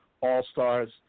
all-stars